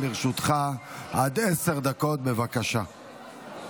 לרשותך עד עשר דקות, בבקשה.